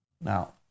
Now